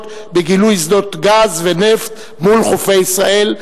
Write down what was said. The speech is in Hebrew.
בגילוי שדות גז ונפט מול חופי ישראל.